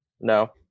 No